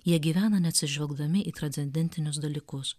jie gyvena neatsižvelgdami į transcendentinius dalykus